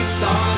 saw